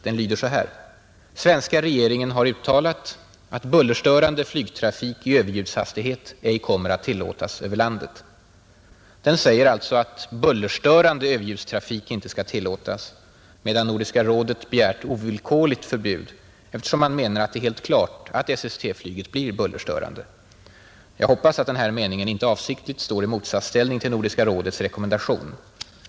Den lyder så här: ”Svenska regeringen har uttalat, att bullerstörande flygtrafik i överljudshastighet ej kommer att tillåtas över landet.” Den säger alltså att bullerstörande överljudstrafik inte skall tillåtas. Nordiska rådet har begärt ovillkorligt förbud eftersom man menar att det är helt klart att SST-flyget blir bullerstörande. Jag hoppas att den här meningen inte avsiktligt står i motsatsställning till Nordiska rådets rekommendation.